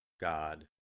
God